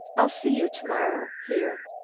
i'll see you to-morrow, here.